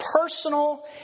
personal